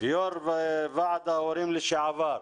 יושב-ראש ועד ההורים לשעבר,